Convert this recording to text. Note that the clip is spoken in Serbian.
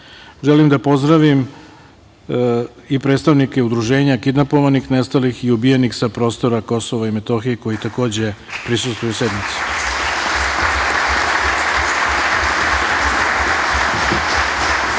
da pozdravim i predstavnike Udruženja kidnapovanih, nestalih i ubijenih sa prostora Kosova i Metohije, koji takođe prisustvuju